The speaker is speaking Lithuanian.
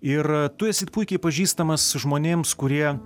ir tu esi puikiai pažįstamas žmonėms kurie